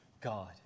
God